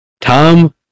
Tom